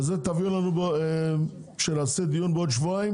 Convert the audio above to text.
ואת זה תביא לנו כשנעשה דיון בעוד שלושה שבועות,